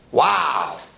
Wow